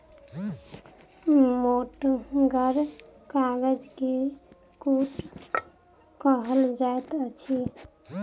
मोटगर कागज के कूट कहल जाइत अछि